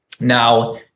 Now